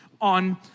on